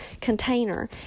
container